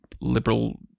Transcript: liberal